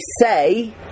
say